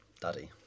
Daddy